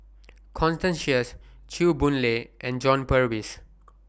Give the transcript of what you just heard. Constance Sheares Chew Boon Lay and John Purvis